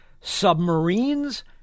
submarines